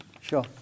Sure